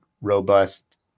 robust